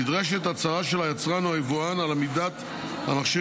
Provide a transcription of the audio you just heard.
נדרשת הצהרה של היצרן או היבואן על עמידת המכשיר